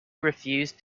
refused